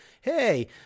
hey